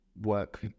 work